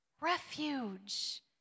refuge